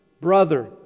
brother